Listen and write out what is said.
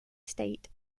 state